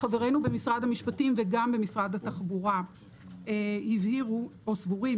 חברינו במשרד המשפטים וגם במשרד התחבורה הבהירו או סבורים